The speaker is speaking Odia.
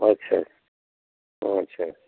ଆଚ୍ଛା ଆଚ୍ଛା